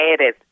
added